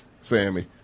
Sammy